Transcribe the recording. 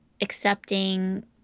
accepting